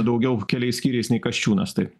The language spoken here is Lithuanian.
daugiau keliais skyriais nei kasčiūnas tai